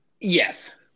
Yes